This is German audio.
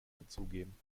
dazugeben